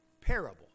parable